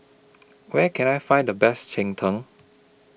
Where Can I Find The Best Cheng Tng